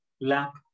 lap